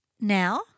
now